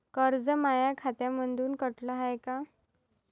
कर्ज माया खात्यामंधून कटलं हाय का?